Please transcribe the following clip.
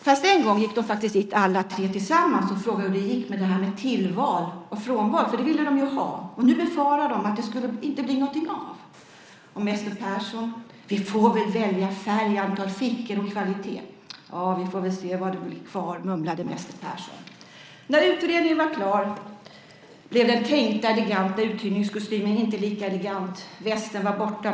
Fast en gång gick de faktiskt dit alla tre tillsammans och frågade hur det gick med det här med tillval och frånval, för det ville de ha. Nu befarade de att det inte skulle bli någonting av det. Och, mäster Persson, vi får väl välja färg, antal fickor och kvalitet? Vi får väl se vad det blir kvar, mumlade mäster Persson. När utredningen var klar blev den tänkta eleganta uthyrningskostymen inte lika elegant. Västen var borta.